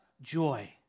joy